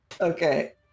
Okay